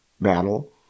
battle